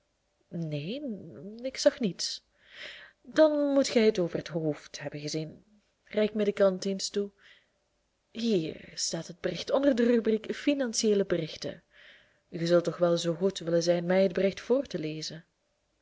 neen ik zag niets dan moet gij het over het hoofd hebben gezien reik mij de krant eens toe hier staat het bericht onder de rubriek financieele berichten ge zult toch wel zoo goed willen zijn mij het bericht voor te lezen